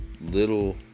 little